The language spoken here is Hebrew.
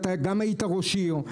גם אתה היית ראש עיר.